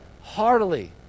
Heartily